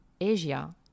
Asia